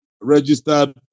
registered